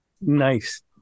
Nice